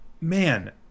man